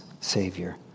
Savior